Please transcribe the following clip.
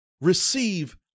receive